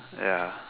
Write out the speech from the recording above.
ya